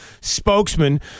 spokesman